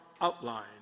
outline